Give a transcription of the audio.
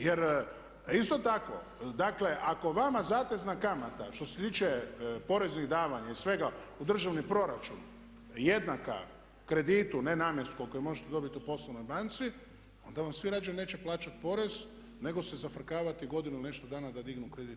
Jer isto tako, dakle ako vama zatezna kamata što se tiče poreznih davanja i svega u državni proračun jednaka kreditu nenamjenskog kojeg možete dobiti u poslovnoj banci, onda vam svi rađe neće plaćat porez, nego se zafrkavati godinu ili nešto dana da dignu kredit.